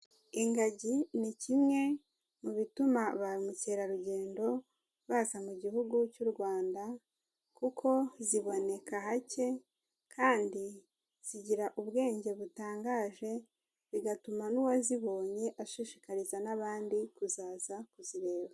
Ingagi ni kimwe mu bituma ba mukerarugendo baza mu Gihugu cy'u Rwanda kuko ziboneka hake kandi zigira ubwenge butangaje, bigatuma n'uwazibonye ashishikariza n'abandi kuzaza kuzireba.